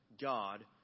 God